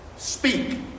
Speak